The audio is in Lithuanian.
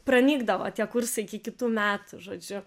pranykdavo tie kursai iki kitų metų žodžiu